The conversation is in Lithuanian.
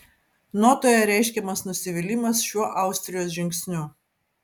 notoje reiškiamas nusivylimas šiuo austrijos žingsniu